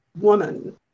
woman